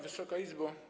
Wysoka Izbo!